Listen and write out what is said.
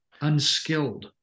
unskilled